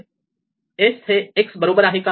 s हे x बरोबर आहे का